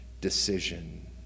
decision